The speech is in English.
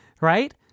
right